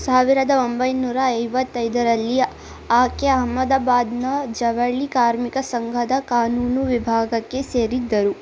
ಸಾವಿರದ ಒಂಬೈನೂರ ಐವತ್ತೈದರಲ್ಲಿ ಆಕೆ ಅಹಮದಾಬಾದ್ನ ಜವಳಿ ಕಾರ್ಮಿಕ ಸಂಘದ ಕಾನೂನು ವಿಭಾಗಕ್ಕೆ ಸೇರಿದರು